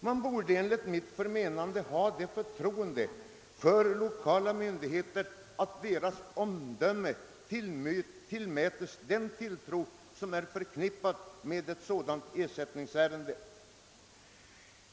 Man borde enligt mitt förmenande ha ett större förtroende för de lokala myndigheternas omdöme i sådana ersättningsärenden.